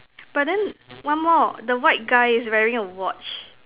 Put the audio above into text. but then one more the white guy is wearing a watch